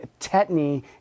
tetany